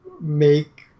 make